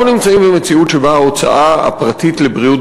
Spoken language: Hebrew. אנחנו נמצאים במציאות שבה ההוצאה הפרטית על בריאות